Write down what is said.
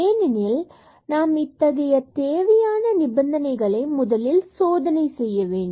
ஏனெனில் நாம் இத்தகைய தேவையான நிபந்தனைகளை முதலில் சோதனை செய்ய வேண்டும்